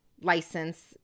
license